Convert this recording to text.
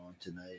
tonight